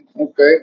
Okay